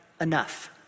Enough